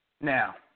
Now